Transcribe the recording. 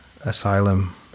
asylum